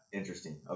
interesting